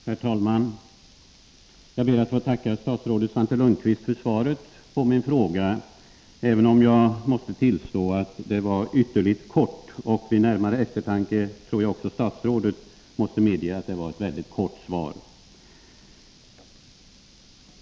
Herr talman! Jag ber att få tacka statsrådet Svante Lundkvist för svaret på min fråga, även om jag måste tillstå att det var ytterligt kort. Jag tror att vid närmare eftertanke måste också statsrådet medge att det var ett mycket kort svar.